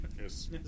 Yes